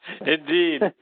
indeed